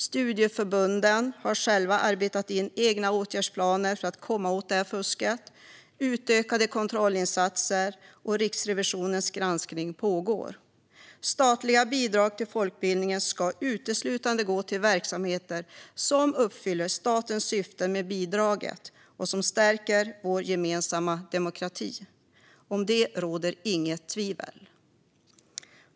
Studieförbunden har själva arbetat in egna åtgärdsplaner för att komma åt fusket, och utökade kontrollinsatser och Riksrevisionens granskning pågår. Statliga bidrag till folkbildningen ska uteslutande gå till verksamheter som uppfyller statens syften med bidraget och stärker vår gemensamma demokrati. Om det råder det inget tvivel.